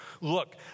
Look